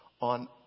on